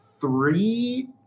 three